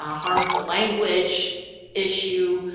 ah harmful language issue,